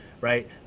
right